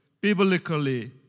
biblically